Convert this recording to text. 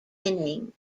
innings